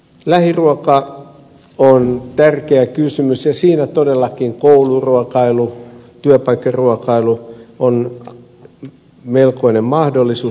lähiruoka on tärkeä kysymys ja siinä todellakin kouluruokailu työpaikkaruokailu on melkoinen mahdollisuus